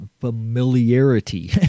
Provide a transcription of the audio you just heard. familiarity